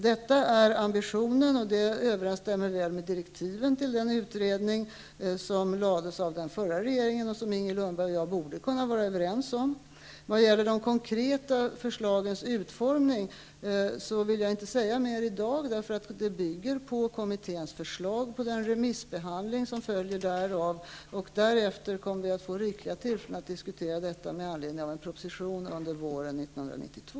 Detta är ambitionen, och den överensstämmer väl med de utredningsdirektiv som gavs av den förra regeringen och som Inger Lundberg och jag borde kunna vara överens om. När det gäller de konkreta förslagens utformning vill jag inte säga mer i dag, eftersom de bygger på kommitténs förslag och på den remiss som därpå följer. Därefter kommer vi att få rikliga tillfällen att diskutera detta med anledning av en proposition som läggs fram under våren 1992.